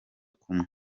kumwe